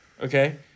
Okay